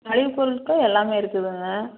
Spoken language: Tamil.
மளிகைப் பொருட்கள் எல்லாமே இருக்குதுங்க